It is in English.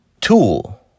tool